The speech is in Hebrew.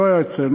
ולא היה אצלנו,